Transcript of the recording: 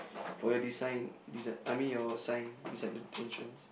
for your design design I mean your sign beside the entrance